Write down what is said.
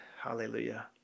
Hallelujah